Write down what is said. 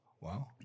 wow